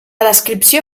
descripció